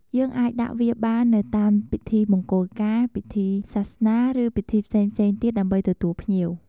យើងអាចដាក់វាបាននៅតាមពិធីមង្គលការ ពិធីសាសនា ឬ ពិធីផ្សេងៗទៀត ដើម្បីទទួលភ្ញៀវ។